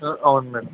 అవును మ్యాడం